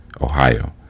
Ohio